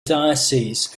diocese